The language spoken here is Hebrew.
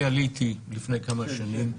עליתי לפני כמה שנים.